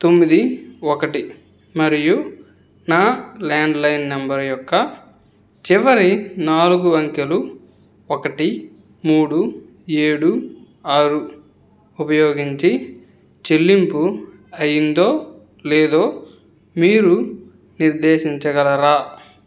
తొమ్మిది ఒకటి మరియు నా ల్యాండ్లైన్ నెంబర్ యొక్క చివరి నాలుగు అంకెలు ఒకటి మూడు ఏడు ఆరు ఉపయోగించి చెల్లింపు అయిందో లేదో మీరు నిర్దేశించగలరా